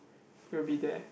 will be there